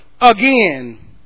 again